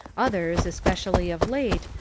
others, especially of late,